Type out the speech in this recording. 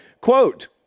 Quote